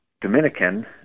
Dominican